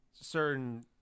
certain